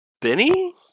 Benny